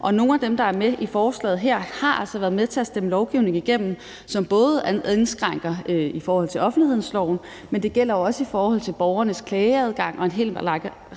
og nogle af dem, der er med i forslaget her, har altså været med til at stemme lovgivning igennem, som både indskrænker i forhold til offentlighedsloven, men jo også i forhold til borgernes klageadgang og en hel, lang